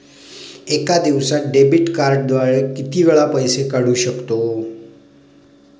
एका दिवसांत डेबिट कार्डद्वारे किती वेळा पैसे काढू शकतो?